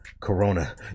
Corona